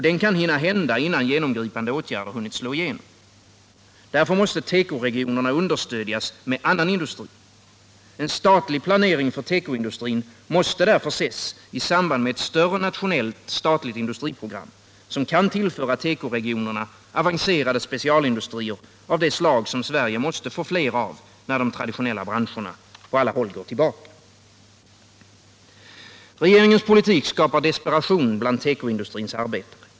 Den kan hinna hända innan genomgripande åtgärder hunnit slå igenom. Därför måste tekoregionerna understödjas med annan industri. En statlig planering för tekoindustrin måste därför ses i samband med ett större nationellt statligt industriprogram, som kan tillföra tekoregionerna avancerade specialindustrier av det slag som Sverige måste få fler av, när de traditionella branscherna på alla håll går tillbaka. Regeringens politik skapar desperation bland tekoindustrins arbetare.